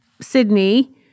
Sydney